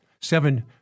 seven